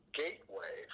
gateway